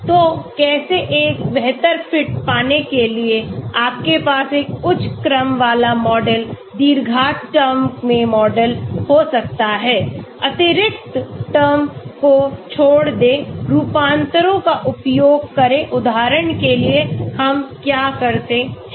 तो कैसे एक बेहतर फिट पाने के लिए आपके पास एक उच्च क्रम वाला मॉडल द्विघात टर्म में मॉडल हो सकता है अतिरिक्त टर्म को छोड़ दे रूपांतरों का उपयोग करें उदाहरण के लिए हम क्या करते हैं